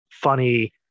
funny